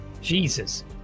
Jesus